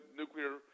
nuclear